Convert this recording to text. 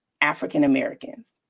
African-Americans